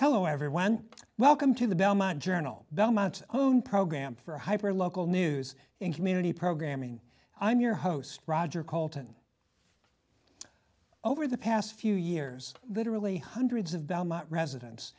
hello everyone welcome to the belmont journal belmont's own program for hyper local news and community programming i'm your host roger called and over the past few years literally hundreds of belmont residen